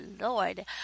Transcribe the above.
Lord